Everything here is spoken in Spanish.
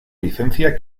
licencia